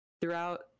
Throughout